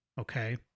Okay